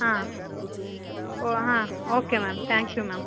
ಹಾಂ ಓ ಹಾಂ okay ma'am thank you ma'am